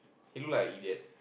he look like a idiot